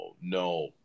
no